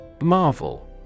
Marvel